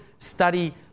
study